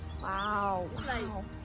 Wow